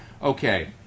Okay